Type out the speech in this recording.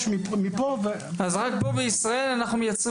יש את פרופ' שאול יציב ואפשר לפנות אליו.